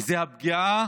וזו הפגיעה